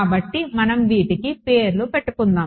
కాబట్టి మనం వీటికి పేర్లు పెట్టుకుందాం